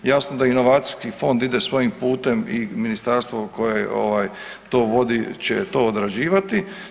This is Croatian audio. Jasno da inovacijski fond ide svojim putem i ministarstvo koje ovaj to vodi će to odrađivati.